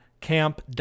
Camp